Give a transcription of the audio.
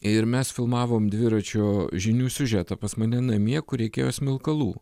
ir mes filmavom dviračio žinių siužetą pas mane namie kur reikėjo smilkalų